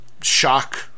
shock